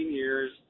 years